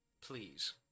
Please